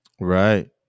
Right